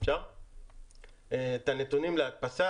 נתונים להדפסה,